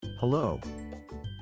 Hello